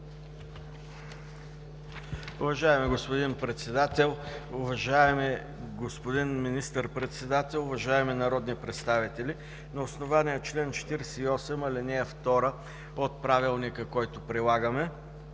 Уважаеми господин Председател, уважаеми господин Министър-председател, уважаеми народни представители! На основание чл. 48, ал. 2 от Правилника, който прилагаме,